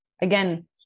again